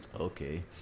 Okay